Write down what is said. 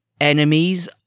enemies